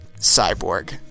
cyborg